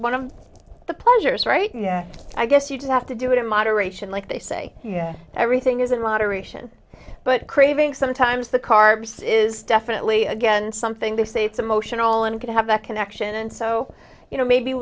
one of the pleasures right yeah i guess you just have to do it in moderation like they say yeah everything is in moderation but craving sometimes the carbs is definitely again something they say it's emotional and can have that connection and so you know maybe